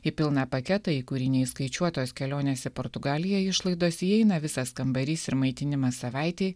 į pilną paketą į kurį neįskaičiuotos kelionės į portugaliją išlaidos įeina visas kambarys ir maitinimas savaitei